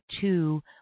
two